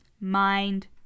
Mind